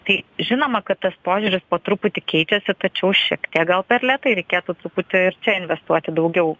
tai žinoma kad tas požiūris po truputį keičiasi tačiau šiek tiek gal per lėtai reikėtų truputį ir čia investuoti daugiau